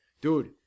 dude –